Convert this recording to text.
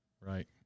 Right